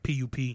pup